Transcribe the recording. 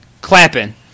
clapping